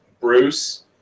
Bruce